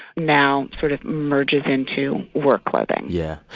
now sort of merges into work clothing yeah.